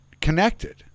connected